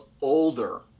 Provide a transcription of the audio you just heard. older